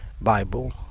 Bible